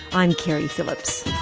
i'm keri phillips.